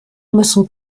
müssen